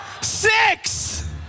six